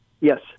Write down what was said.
Yes